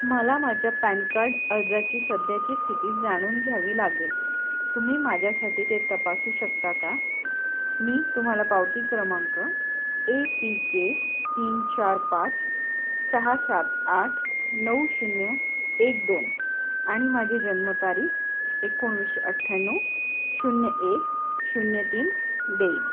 मला माझ्या PAN card अर्जाची सध्याची स्थिती जाणून घ्यावी लागेल तुम्ही माझ्यासाठी ते तपासू शकता का मी तुम्हाला पावती क्रमांक ए सी के तीन चार पाच सहा सात आठ नऊ शून्य एक दोन आणि माझी जन्मतारीख एकोणीसशे अठ्ठ्याण्णव शून्य एक शून्य तीन देईन